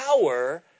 power